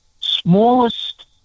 smallest